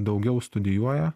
daugiau studijuoja